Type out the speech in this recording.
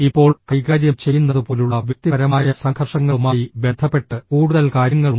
ഇപ്പോൾ കൈകാര്യം ചെയ്യുന്നതുപോലുള്ള വ്യക്തിപരമായ സംഘർഷങ്ങളുമായി ബന്ധപ്പെട്ട് കൂടുതൽ കാര്യങ്ങളുണ്ട്